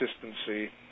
consistency